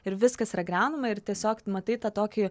ir viskas yra griaunama ir tiesiog matai tą tokį